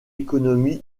économie